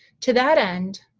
to that end,